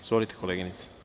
Izvolite, koleginice.